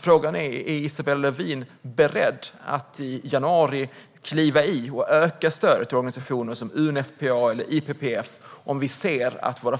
Frågan är: Är Isabella Lövin beredd att i januari kliva in och öka stödet till organisationer som UNFPA eller IPPF om vi ser att våra